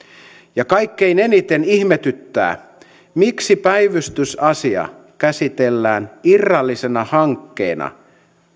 ja kaikkein eniten ihmetyttää miksi päivystysasia käsitellään irrallisena hankkeena